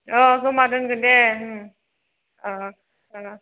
अ जमा दोनगोन दे